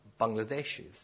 Bangladeshis